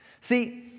See